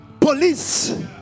police